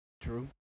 True